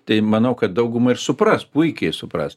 tai manau kad dauguma ir supras puikiai supras